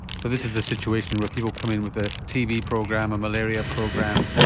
so this is a situation where people come in with a tb program, a malaria program,